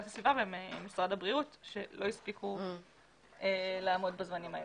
הסביבה וממשרד הבריאות שלא הספיקו לעמוד בזמנים האלה.